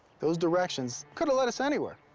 those directions could've led us anywhere.